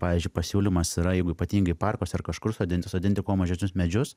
pavyzdžiui pasiūlymas yra jeigu ypatingai parkuose ar kažkur sodinti sodinti mažesnius medžius